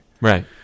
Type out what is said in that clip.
right